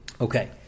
Okay